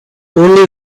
only